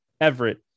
Everett